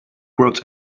crawled